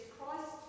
Christ